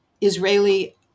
Israeli